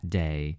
day